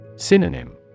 Synonym